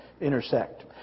intersect